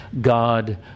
God